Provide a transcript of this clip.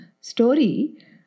story